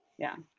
yeah.